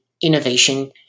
innovation